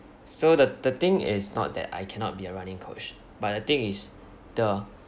so the the thing is not that I cannot be a running coach but the thing is the